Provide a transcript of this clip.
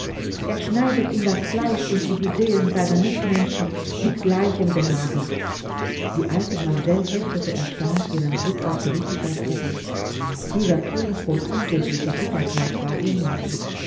er schneidet in das fleisch und in die seelen seiner mitmenschen mit gleichem behagen die alte mamsell heftete erstaunt ihren blick auf felicitas gesicht dieser ton voll unsäglicher bitterkeit war ihr neu